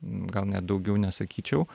gal net daugiau nesakyčiau